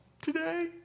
today